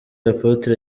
apotre